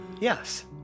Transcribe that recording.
Yes